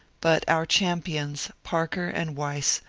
but our champions, parker and weiss,